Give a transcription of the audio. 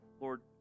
Lord